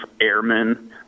airmen